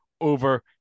over